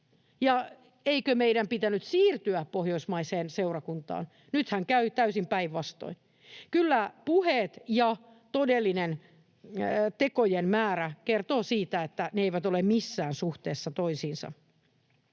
eikö meidän pitänyt siirtyä pohjoismaiseen seurakuntaan? Nythän käy täysin päinvastoin. Kyllä puheet ja todellisten tekojen määrä kertovat siitä, että ne eivät ole missään suhteessa toisiinsa.